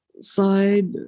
side